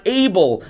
able